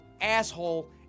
asshole